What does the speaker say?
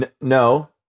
No